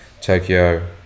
Tokyo